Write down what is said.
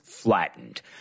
flattened